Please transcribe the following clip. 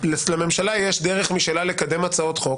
לממשלה יש דרך משלה לקדם הצעות חוק.